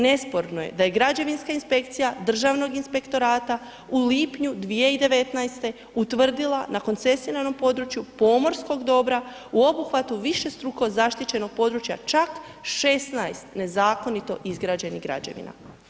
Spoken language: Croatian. Nesporno je da je Građevinska inspekcija Državnog inspektorata u lipnju 2019. utvrdila na koncesiranom području pomorskog dobra u obuhvatu višestruko zaštićenog područja čak 16 nezakonito izgrađenih građevina.